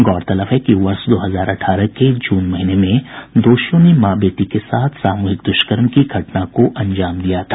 गौरतलब है कि वर्ष दो हजार अठारह के जून महीने में दोषियों ने मां बेटी के साथ सामूहिक दुष्कर्म की घटना को अंजाम दिया था